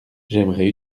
j’aimerais